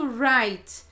write